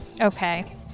Okay